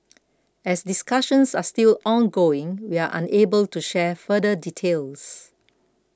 as discussions are still ongoing we are unable to share further details